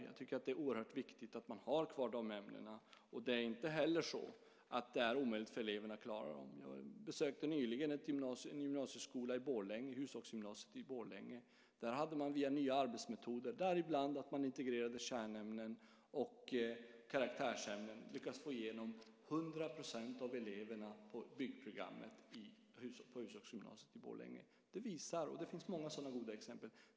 Jag tycker att det är oerhört viktigt att man har kvar dessa ämnen. Det är inte heller omöjligt för eleverna att klara dem. Jag besökte nyligen Hushagsgymnasiet i Borlänge. Där hade man via nya arbetsmetoder, bland annat att man integrerade kärnämnen och karaktärsämnen, lyckats få igenom 100 % av eleverna på byggprogrammet. Det finns många sådana goda exempel.